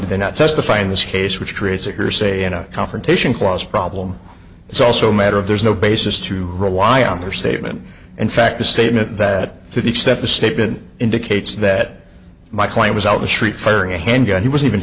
did they not testify in this case which creates a hearsay in a confrontation clause problem it's also matter of there's no basis to rely on her statement and fact the statement that to the extent the statement indicates that my client was out the street firing a handgun he was even